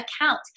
account